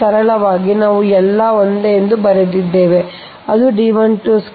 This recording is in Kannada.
ಆದ್ದರಿಂದ ಸರಳವಾಗಿ ನಾವು ಎಲ್ಲಾ ಒಂದೇ ಎಂದು ಬರೆದಿದ್ದೇವೆ ಆದ್ದರಿಂದ D12²